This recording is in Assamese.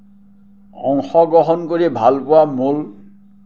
অংশগ্ৰহণ কৰি ভাল পোৱা মূল